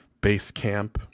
Basecamp